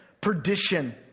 perdition